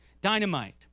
dynamite